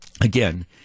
again